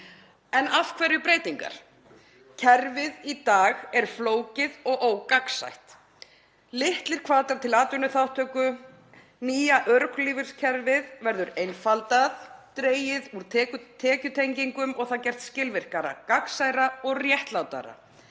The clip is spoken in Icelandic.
En af hverju breytingar? Kerfið í dag er flókið og ógagnsætt og litlir hvatar til atvinnuþátttöku. Nýja örorkulífeyriskerfið verður einfaldað, dregið úr tekjutengingum og það gert skilvirkara, gagnsærra og réttlátara.